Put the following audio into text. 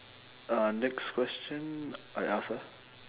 uh next question I ask ah